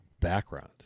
background